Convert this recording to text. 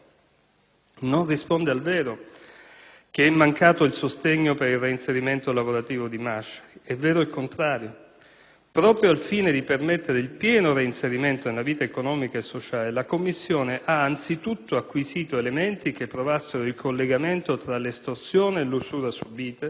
Non risponde al vero che è mancato il sostegno per il reinserimento lavorativo di Masciari. È vero il contrario. Proprio al fine di permettere il pieno reinserimento nella vita economica e sociale, la commissione ha anzitutto acquisito elementi che provassero il collegamento tra l'estorsione e l'usura subita